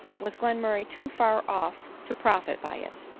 was glenmurray too far off to profit by it.